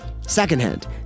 secondhand